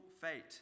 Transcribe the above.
fate